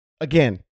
Again